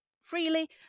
freely